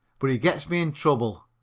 but he gets me in trouble,